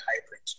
hybrid